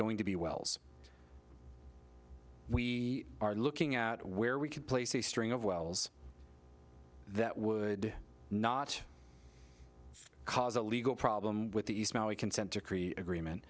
going to be wells we are looking at where we could place a string of wells that would not cause a legal problem with the east valley consent decree agreement